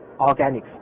organics